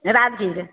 Rajgir